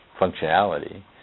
functionality